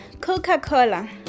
Coca-Cola